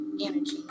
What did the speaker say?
energy